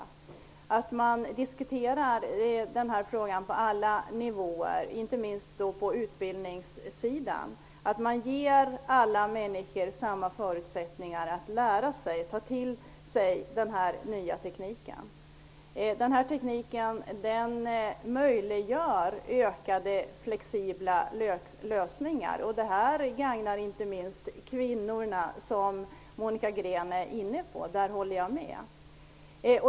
Man får diskutera den här frågan på alla nivåer, inte minst på utbildningssidan. Man måste ge alla människor samma förutsättningar att lära sig och ta till sig den nya tekniken. Den här tekniken möjliggör fler flexibla lösningar. De gagnar inte minst kvinnorna, som Monica Green var inne på. Där håller jag med.